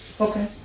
Okay